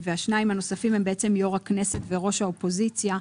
והשניים הנוספים הם בעצם יו"ר הכנסת וראש האופוזיציה,